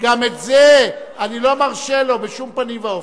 גם את זה אני לא מרשה לו, בשום פנים ואופן.